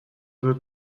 veux